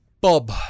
Bob